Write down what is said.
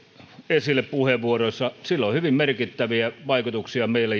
esille puheenvuoroissa sillä mitä tarkastellaan avaruudesta on hyvin merkittäviä vaikutuksia meille